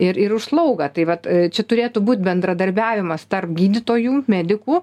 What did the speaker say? ir ir už slaugą tai vat čia turėtų būt bendradarbiavimas tarp gydytojų medikų